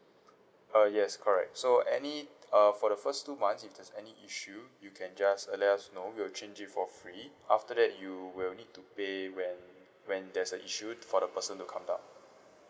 uh yes correct so any uh for the first two months if there's any issue you can just uh let us know we'll change it for free after that you will need to pay when when there's a issue for the person to come down